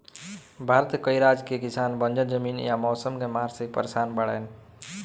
भारत के कई राज के किसान बंजर जमीन या मौसम के मार से परेसान बाड़ेन